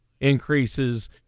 increases